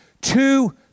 two